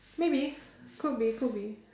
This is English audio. maybe could be could be